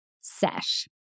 sesh